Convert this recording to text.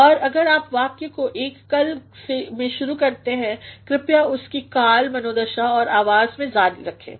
और अगर आप वाक्य को एक कल में शुरू करते हैं कृपया उसी कालमनोदशाऔर आवाज़ में जारी रखें